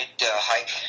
hike